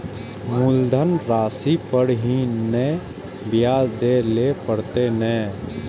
मुलधन राशि पर ही नै ब्याज दै लै परतें ने?